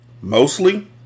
Mostly